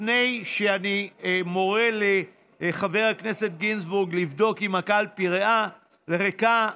לפני שאני מורה לחבר הכנסת גינזבורג לבדוק אם הקלפי ריקה,